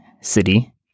city